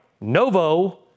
Novo